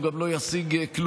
הוא גם לא ישיג כלום.